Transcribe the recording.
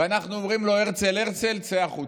אנחנו אומרים לו: הרצל, הרצל, צא החוצה.